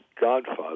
godfather